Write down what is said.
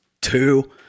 two